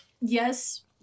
yes